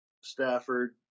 Stafford